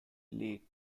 league